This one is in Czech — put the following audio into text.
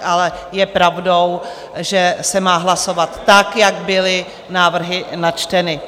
Ale je pravdou, že se má hlasovat tak, jak byly návrhy načteny.